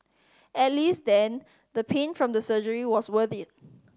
at least then the pain from the surgery was worth it